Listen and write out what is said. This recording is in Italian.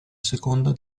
seconda